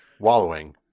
Wallowing